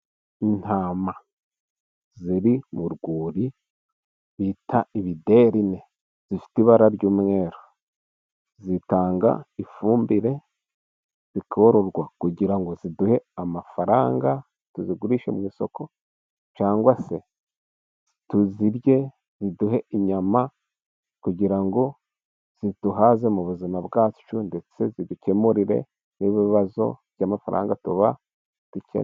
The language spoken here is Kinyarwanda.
Intama ziri mu rwuri bita ibiderini, zifite ibara ry'umweru, zitanga ifumbire, zikororwa kugira ngo ziduhe amafaranga, tuzigurishe mu isoko cyangwa se tuzirye ziduhe inyama, kugira ngo ziduhaze mu buzima bwacu, ndetse zidukemurire n'ibibazo by'amafaranga tuba dukeneye.